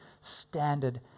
standard